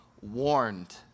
warned